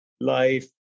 life